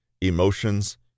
emotions